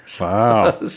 Wow